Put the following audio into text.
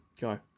Go